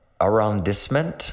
arrondissement